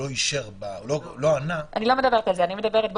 אם הוא לא אישר ולא ענה --- אני לא מדברת על זה.